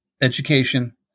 education